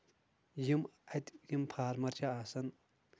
یِم اَتہِ یِم فارمر چھِ آسان